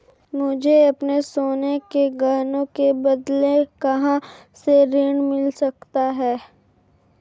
मुझे अपने सोने के गहनों के बदले कहां से ऋण मिल सकता है?